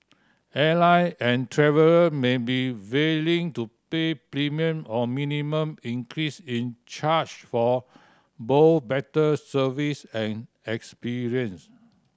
airline and traveller may be willing to pay premium or minimum increase in charge for both better service and experience